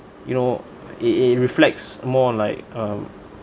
you know it it reflects more like um